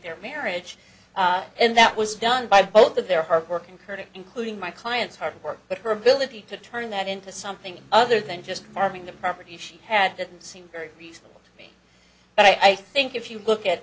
their marriage and that was done by both of their hard work incurred it including my client's hard work but her ability to turn that into something other than just having the property she had didn't seem very feasible to me but i think if you look at